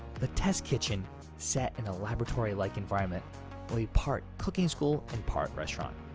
the test kitchen set in a laboratory like environment will be part cooking school and part restaurant.